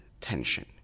tension